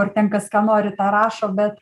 ar ten kas ką nori tą rašo bet